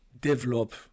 develop